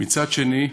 ומצד שני,